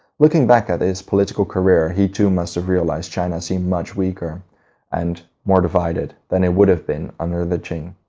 looking back at his political career, he too must have realized china seemed much weaker and more divided than it would have been under the qing.